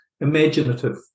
imaginative